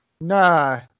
Nah